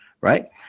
right